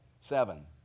Seven